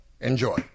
enjoy